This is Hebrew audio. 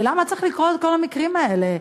למה היו צריכים לקרות כל המקרים האלה?